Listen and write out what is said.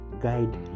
Guide